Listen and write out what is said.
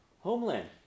homeland